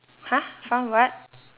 !huh! found what